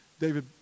David